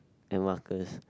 and Marcus